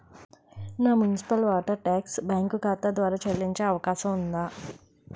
నా municipal water tax bank ఖాతా ద్వారా చెల్లించే అవకాశం ఉందా?